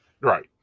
Right